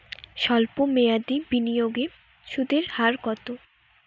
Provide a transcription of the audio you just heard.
সল্প মেয়াদি বিনিয়োগে সুদের হার কত?